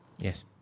Yes